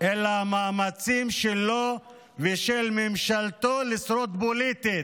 אלא המאמצים שלו ושל ממשלתו לשרוד פוליטית.